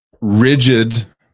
rigid